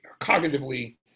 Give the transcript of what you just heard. cognitively